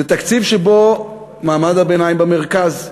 זה תקציב שבו מעמד הביניים במרכז.